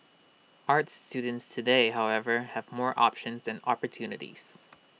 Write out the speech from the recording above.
arts students today however have more options and opportunities